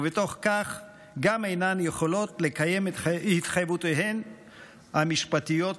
ובתוך כך גם אינן יכולות לקיים את התחייבויותיהן המשפטיות במועדן.